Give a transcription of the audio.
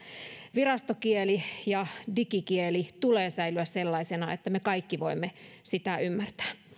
virastokielen ja digikielen tulee säilyä sellaisina että me kaikki voimme niitä ymmärtää